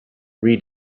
read